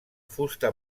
fusta